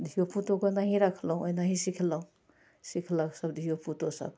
धिओपुतोके ओनाहि राखलहुँ ओनाहि सिखेलहुँ सिखलक सभ धिओपुतोसभ